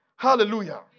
Hallelujah